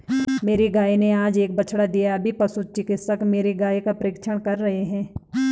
मेरी गाय ने आज एक बछड़ा दिया अभी पशु चिकित्सक मेरी गाय की परीक्षण कर रहे हैं